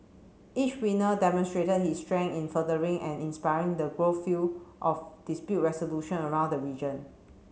each winner demonstrated his strength in furthering and inspiring the growth field of dispute resolution around the region